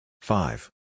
Five